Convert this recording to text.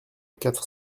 quatre